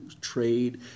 trade